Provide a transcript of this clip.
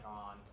on